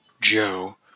Joe